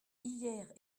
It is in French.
hier